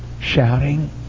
shouting